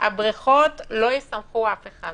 הבריכות לא יספקו אף אחד.